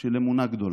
של אמונה גדולה.